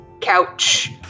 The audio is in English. couch